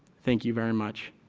thank you very much.